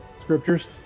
scriptures